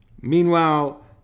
Meanwhile